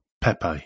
Pepe